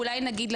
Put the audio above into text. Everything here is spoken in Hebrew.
אולי נגיד,